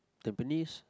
tampines